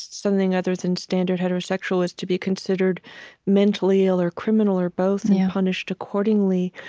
something other than standard heterosexual, was to be considered mentally ill or criminal or both and punished accordingly.